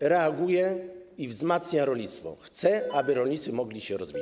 reaguje i wzmacnia rolnictwo, chce, aby rolnicy mogli się rozwijać.